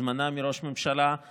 הזמנה מראש ממשלה,